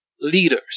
leaders